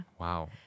Wow